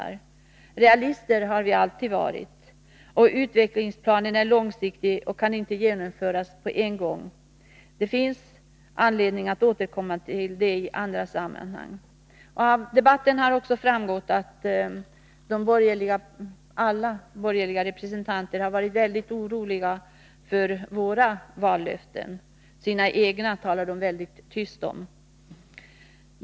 Realister har vi alltid varit, och utvecklingsplanen är långsiktig och kan inte genomföras på en gång. Det finns anledning att återkomma till det i andra sammanhang. Av debatten har också framgått att alla borgerliga representanter varit väldigt oroliga för våra vallöften. Sina egna löften talar de väldigt tyst om.